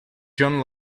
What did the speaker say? jon